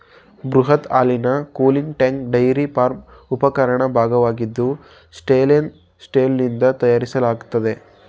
ಬೃಹತ್ ಹಾಲಿನ cooling tank dairy farm ಉಪಕರಣದ ಭಾಗವಾಗಿದ್ದು ಸ್ಟೇನ್ಲೆಸ್ ಸ್ಟೀಲ್ನಿಂದ ತಯಾರಿಸಲಾಗ್ತದೆ